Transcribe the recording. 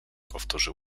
powtórzył